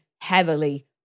heavily